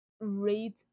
rate